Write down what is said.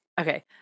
okay